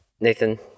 Nathan